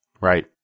Right